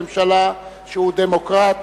עם זה, גם בהכירי את ראש הממשלה, שהוא דמוקרט,